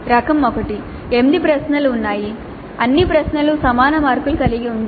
రకం 1 8 ప్రశ్నలు ఉన్నాయి అన్ని ప్రశ్నలు సమాన మార్కులను కలిగి ఉంటాయి